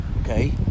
okay